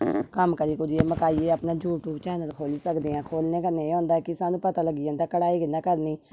कम्म करी कुरियै मकाइयै अपने यूट्यूब चैनल खोह्ली सकने आं खोह्लने कन्नै एह् होंदा कि सानू पता लग्गी जंदा कि कढाई कियां करनी